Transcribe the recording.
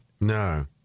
No